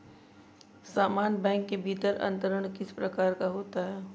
समान बैंक के भीतर अंतरण किस प्रकार का होता है?